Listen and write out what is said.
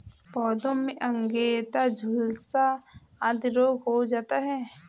पौधों में अंगैयता, झुलसा आदि रोग हो जाता है